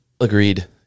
Agreed